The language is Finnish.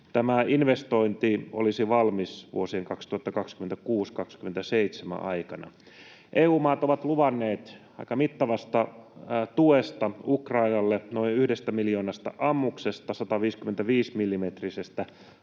Tämä investointi olisi valmis vuosien 2026—27 aikana. EU-maat ovat luvanneet aika mittavaa tukea Ukrainalle, noin miljoona ammusta,